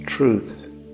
Truth